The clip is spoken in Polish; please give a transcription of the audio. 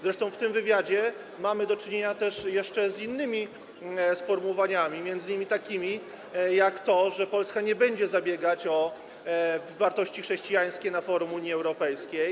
Zresztą w tym wywiadzie mamy do czynienia jeszcze z innymi sformułowaniami, m.in. takimi jak to, że Polska nie będzie zabiegać o wartości chrześcijańskie na forum Unii Europejskiej.